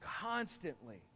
constantly